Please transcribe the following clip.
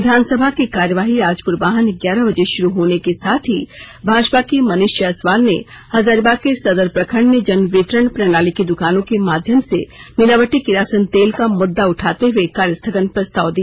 विधानसभा की कार्यवाही आज पूर्वाहन ग्यारह बजे शुरू होने के साथ ही भाजपा के मनीष जायसवाल ने हजारीबाग के सदर प्रखंड में जनवितरण प्रणाली की दुकानों के माध्यम से मिलावटी किरासन तेल का मुददा उठाते हुए कार्यस्थगन प्रस्ताव दिया